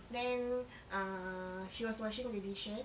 then uh she was washing the dishes